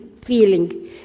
feeling